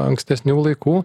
ankstesnių laikų